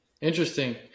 Interesting